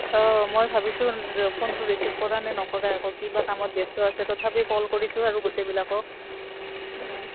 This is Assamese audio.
অঁ মই ভাবিছোঁ ফোনটো ৰিচিভ কৰা নে নকৰে আকৌ কিবা কামত ব্যস্ত আছে তথাপি কল কৰিছোঁ আৰু গোটেইবিলাকক